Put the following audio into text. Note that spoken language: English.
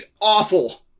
Awful